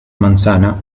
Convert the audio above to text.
manzana